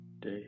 day